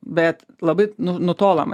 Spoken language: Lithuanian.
bet labai nutolome